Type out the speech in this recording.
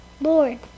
Lord